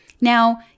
Now